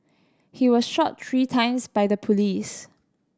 he was shot three times by the police